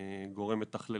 גורם מתכלל.